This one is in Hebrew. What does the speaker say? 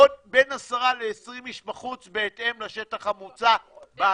ובין 10 ל-20 איש בחוץ בהתאם לשטח המוצע באוויר הפתוח.